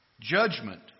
Judgment